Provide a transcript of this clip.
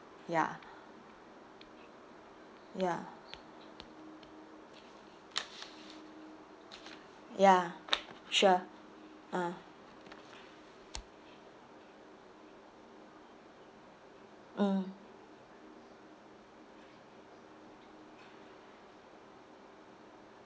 ya ya ya sure ah mm